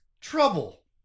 trouble